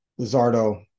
Lizardo